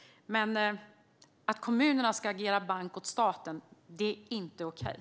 Men att kommunerna ska agera bank åt staten är inte okej.